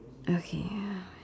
okay